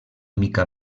mica